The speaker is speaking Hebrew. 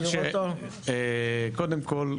קודם כול,